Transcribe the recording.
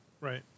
Right